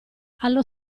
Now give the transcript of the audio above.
allo